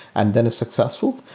and then it's successful.